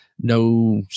No